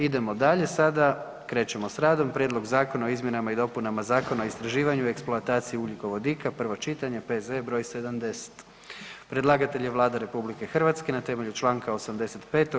Idemo dalje, sada krećemo s radom: - Prijedlog zakona o izmjenama i dopunama Zakona o istraživanju i eksploataciji ugljikovodika, prvo čitanje, P.Z.E. br. 70 Predlagatelj je Vlada RH na temelju članka 85.